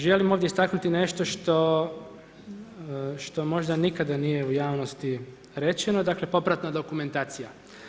Želim ovdje istaknuti nešto što možda nikada nije u javnosti reći, dakle, popratna dokumentacija.